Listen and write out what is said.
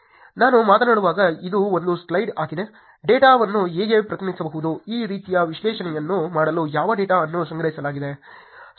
ನಾನು ಮಾತನಾಡುವಾಗ ಇದು ಒಂದು ಸ್ಲೈಡ್ ಆಗಿದೆ ಡೇಟಾವನ್ನು ಹೇಗೆ ಪ್ರತಿನಿಧಿಸಬಹುದು ಈ ರೀತಿಯ ವಿಶ್ಲೇಷಣೆಯನ್ನು ಮಾಡಲು ಯಾವ ಡೇಟಾವನ್ನು ಸಂಗ್ರಹಿಸಲಾಗಿದೆ